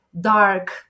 dark